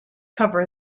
cover